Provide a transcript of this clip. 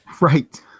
Right